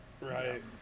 Right